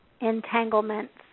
entanglements